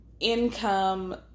income